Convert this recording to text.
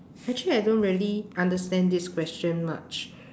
actually I don't really understand this question much